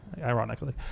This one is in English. Ironically